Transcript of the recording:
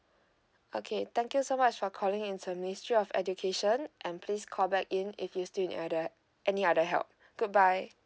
okay thank you so much for calling into ministry of education and please call back in if you still need other any other help good bye